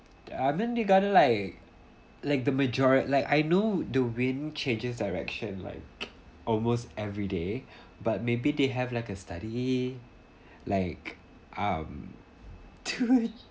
I mean they got to like like the majori~ like I know the wind changes direction like almost every day but maybe they have like a study like um tree